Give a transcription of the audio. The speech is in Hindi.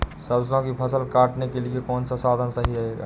सरसो की फसल काटने के लिए कौन सा साधन सही रहेगा?